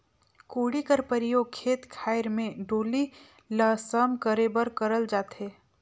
कोड़ी कर परियोग खेत खाएर मे डोली ल सम करे बर करल जाथे